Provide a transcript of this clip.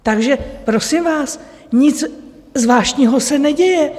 Takže prosím vás, nic zvláštního se neděje.